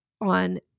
on